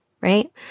right